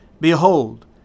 Behold